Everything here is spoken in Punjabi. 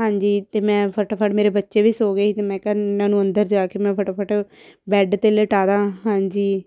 ਹਾਂਜੀ ਅਤੇ ਮੈਂ ਫਟਾਫਟ ਮੇਰੇ ਬੱਚੇ ਵੀ ਸੋ ਗਏ ਸੀ ਤਾਂ ਮੈਂ ਕਿਹਾ ਇਹਨਾਂ ਨੂੰ ਅੰਦਰ ਜਾ ਕੇ ਮੈਂ ਫਟਾਫਟ ਬੈਡ 'ਤੇ ਲਟਾ ਦਾ ਹਾਂਜੀ